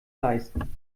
leisten